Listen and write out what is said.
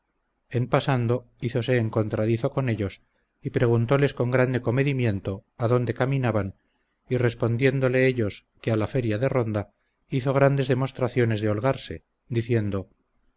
en pasando hízose encontradizo con ellos y preguntoles con grande comedimiento adónde caminaban y respondiéndole ellos que a la feria de ronda hizo grandes demostraciones de holgarse diciendo